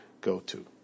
go-to